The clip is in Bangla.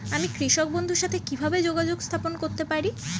আমি কৃষক বন্ধুর সাথে কিভাবে যোগাযোগ স্থাপন করতে পারি?